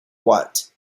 what